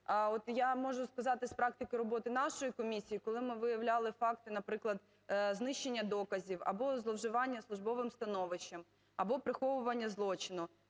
я можу сказати з практики роботи нашої комісії. Коли ми виявляли факти, наприклад, знищення доказів або зловживання службовим становищем, або приховування злочину,